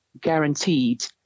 guaranteed